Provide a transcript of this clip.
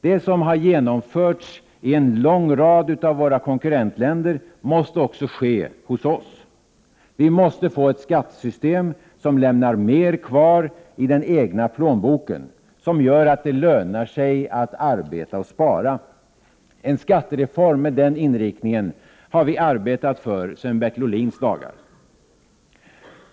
Det som har genomförts i en lång rad av våra konkurrentländer måste också genomföras hos oss. Vi måste få ett skattesystem som lämnar mer kvar i den egna plånboken, som gör att det lönar sig att arbeta och spara. En skattereform med den inriktningen har vi arbetat för sedan Bertil Ohlins dagar.